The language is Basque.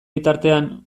bitartean